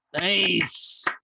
Nice